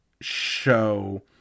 show